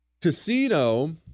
Casino